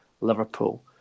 Liverpool